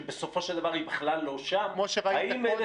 שבסופו של דבר היא בכלל לא שם - האם אלה